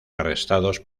arrestados